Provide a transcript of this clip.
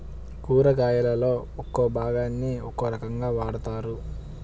కూరగాయలలో ఒక్కో భాగాన్ని ఒక్కో రకంగా వాడతారు